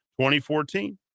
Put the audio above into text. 2014